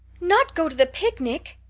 not go to the picnic!